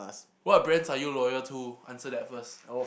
what brands are you loyal to answer that first